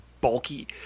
bulky